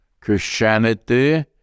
Christianity